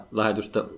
lähetystä